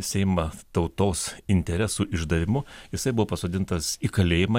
seimą tautos interesų išdavimu jisai buvo pasodintas į kalėjimą